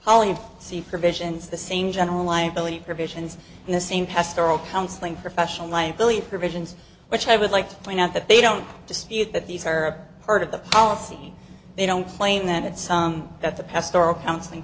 holy sea provisions the same general liability provisions and the same pastoral counseling professional liability provisions which i would like to point out that they don't dispute that these are part of the policy they don't claim that it's that the pastoral counseling